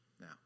Now